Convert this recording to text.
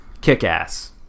Kick-Ass